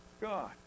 God